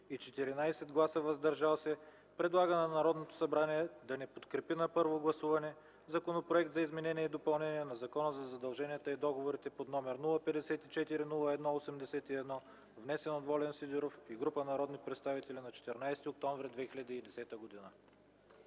и 14 гласа „въздържали се” предлага на Народното събрание да не подкрепи на първо гласуване Законопроект за изменение и допълнение на Закона за задълженията и договорите, № 054-01-81, внесен от Волен Сидеров и група народни представители на 14.10.2010 г.”